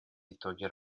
итоги